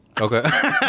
Okay